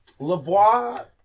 Lavoie